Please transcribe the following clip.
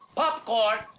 popcorn